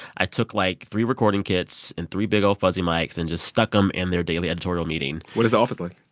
i took, like, three recording kits and three big old fuzzy mikes and just stuck them in their daily editorial meeting what is the office like?